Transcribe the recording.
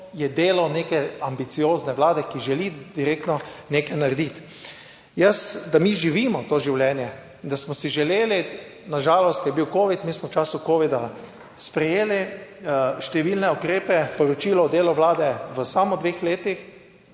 je delo neke ambiciozne Vlade, ki želi direktno nekaj narediti. Jaz, da mi živimo to življenje in da smo si želeli, na žalost je bil covid, mi smo v času covida sprejeli številne ukrepe, poročilo o delu vlade v samo dveh letih.